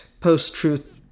post-truth